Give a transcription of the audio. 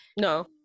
no